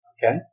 Okay